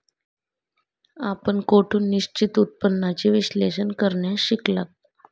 आपण कोठून निश्चित उत्पन्नाचे विश्लेषण करण्यास शिकलात?